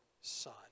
son